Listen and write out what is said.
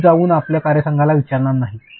तेजाऊन आपल्या कार्यसंघाला विचारणार नाहीत